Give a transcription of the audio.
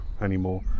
anymore